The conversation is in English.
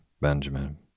Benjamin